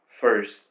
first